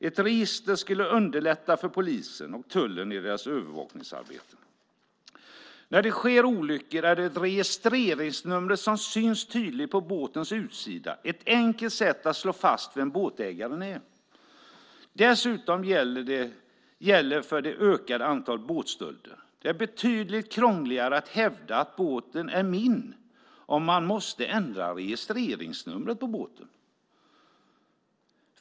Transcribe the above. Ett register skulle underlätta för polisen och tullen i deras övervakningsarbete. När det sker olyckor är ett registreringsnummer som syns tydligt på båtens utsida ett enkelt sätt att slå fast vem båtägaren är. Detsamma gäller det ökande antalet båtstölder. Det är betydligt krångligare att hävda att båten är min om man måste ändra registreringsnumret på båten.